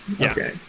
Okay